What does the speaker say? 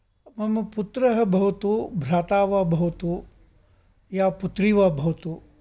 मम पुत्रः भवतु भ्राता वा भवतु या पुत्री वा भवतु